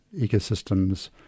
ecosystems